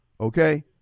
okay